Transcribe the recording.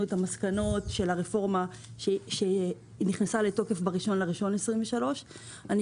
את המסקנות של הרפורמה שנכנסה לתוקף ב-1 בינואר 2023. אני